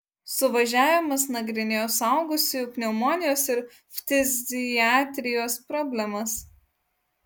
suvažiavimas nagrinėjo suaugusiųjų pneumonijos ir ftiziatrijos problemas